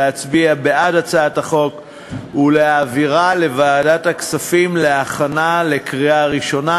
להצביע בעד הצעת החוק ולהעבירה לוועדת הכספים להכנה לקריאה ראשונה.